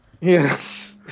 Yes